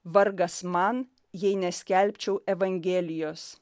vargas man jei neskelbčiau evangelijos